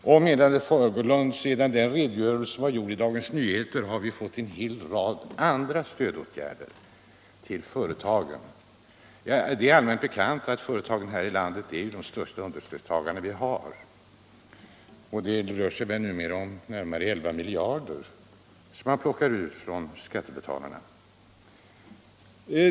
Och, menade herr Fagerlund, sedan den redogörelsen lämnades i Dagens Nyheter har en hel rad andra stödåtgärder kommit företagen till del. Det är allmänt bekant att företagen i det här landet är de största understödstagare vi har. Det rör sig numera om närmare 11 miljarder som man plockar ut från skattebetalarna.